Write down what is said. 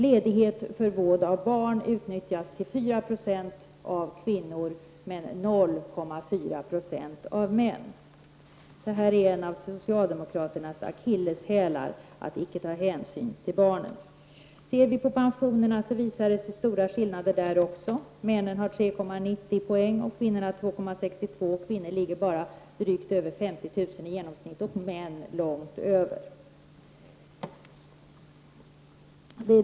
Ledighet för vård av barn utnyttjas till 4 96 av kvinnor, men till 0,4 Jo av män. Att icke ta hänsyn till barnen är en av socialdemokraternas akilleshälar. Ser vi på pensionerna, finner vi stora skillnader där också. Männen har 3,90 poäng och kvinnorna 2,62 poäng. Kvinnorna har bara drygt 50 000 kr. i genomsnitt, männen långt däröver.